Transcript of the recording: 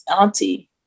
auntie